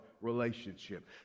relationship